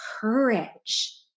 courage